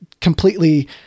completely